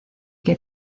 que